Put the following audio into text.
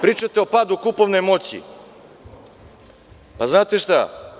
Pričate o padu kupovne moći, znate šta?